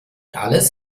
alles